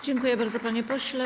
Dziękuję bardzo, panie pośle.